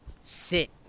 Sit